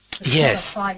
Yes